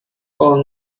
all